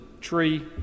tree